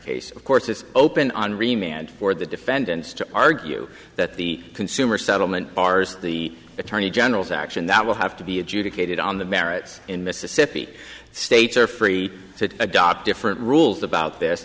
case of course it's open on remained for the defendants to argue that the consumer settlement ours the attorney general's action that will have to be adjudicated on the merits in mississippi states are free to adopt different rules about this